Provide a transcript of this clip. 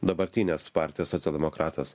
dabartinės partijos socialdemokratas